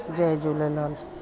Jay Jhulelal